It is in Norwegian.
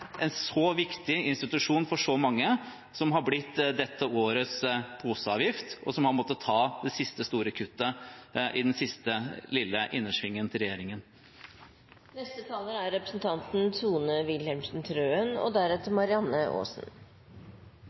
en så viktig institusjon for så mange som har blitt dette årets poseavgift, og som har måttet ta det siste store kuttet i den siste lille innersvingen til regjeringen. En grunnleggende god helsetjeneste er